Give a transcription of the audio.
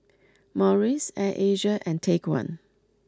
Morries Air Asia and Take One